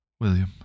William